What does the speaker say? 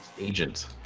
agent